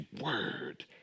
word